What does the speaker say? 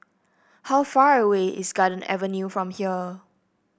how far away is Garden Avenue from here